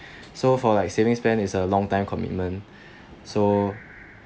so for like savings plan is a long time commitment so